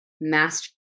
master